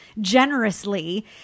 generously